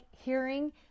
hearing